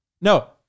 No